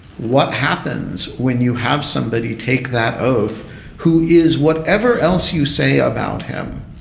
what happens when you have somebody take that oath who is whatever else you say about him,